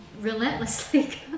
relentlessly